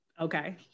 Okay